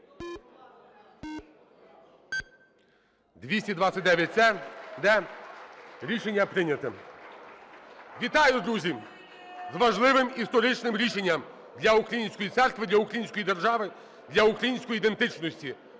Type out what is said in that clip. За-229 Рішення прийнято. Вітаю, друзі, з важливим історичним рішенням для української церкви, для української держави, для української ідентичності.